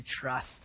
trust